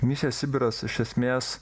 misija sibiras iš esmės